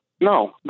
No